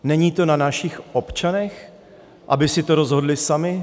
Není to na našich občanech, aby si to rozhodli sami?